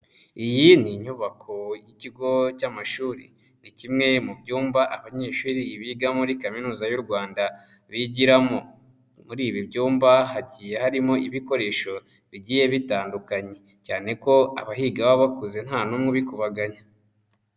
Iyi ni inyubako y'ikigo, cy'amashuri. Ni kimwe mu byumba, abanyeshuri biga muri kaminuza y'u Rwanda, bigiramo. Muri ibi byumba, hagiye harimo ibikoresho, bigiye bitandukanye. Cyane ko, abahiga baba bakuze nta n'umwe ubikuganya.